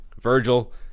virgil